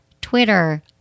Twitter